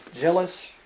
Jealous